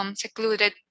secluded